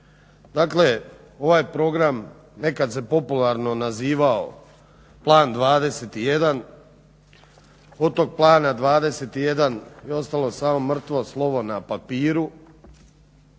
Dakle, ovaj program nekad se popularno nazivao Plan 21. Od tog Plana 21. je ostalo samo mrtvo slovo na papiru.